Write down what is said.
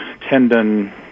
tendon